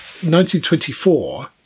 1924